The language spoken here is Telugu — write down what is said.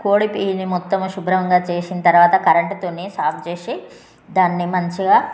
కోడి పియ్యను మొత్తము శుభ్రంగా చేసిన తర్వాత కరెంటుతోని సాకు చేసి దాన్ని మంచిగా